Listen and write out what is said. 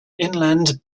inland